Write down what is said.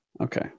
Okay